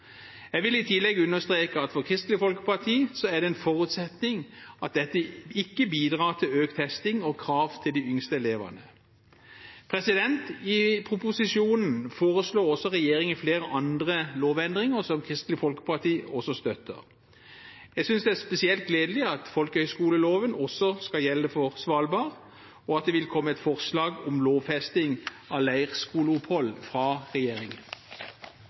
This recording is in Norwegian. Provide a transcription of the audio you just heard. Jeg vil i tillegg understreke at for Kristelig Folkeparti er det en forutsetning at dette ikke bidrar til økt testing og økte krav til de yngste elevene. I proposisjonen foreslår regjeringen også flere andre lovendringer, som Kristelig Folkeparti også støtter. Jeg synes det er spesielt gledelig at folkehøyskoleloven også skal gjelde for Svalbard, og at det vil komme et forslag fra regjeringen om lovfesting av leirskoleopphold.